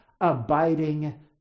abiding